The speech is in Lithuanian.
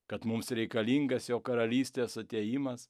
kad mums reikalingas jo karalystės atėjimas